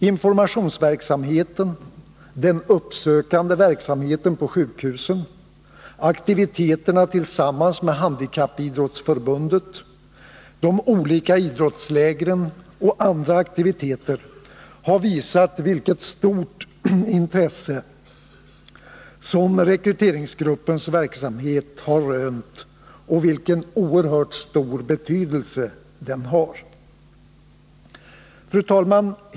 Informationsverksamheten, den uppsökande verksamheten på sjukhusen, aktiviteterna tillsammans med Handikappidrottsförbundet, de olika idrottslägren och andra aktiviteter har visat vilket stort intresse som rekryteringsgruppens verksamhet har rönt och vilken oerhört stor betydelse den har. Fru talman!